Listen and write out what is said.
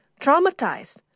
traumatized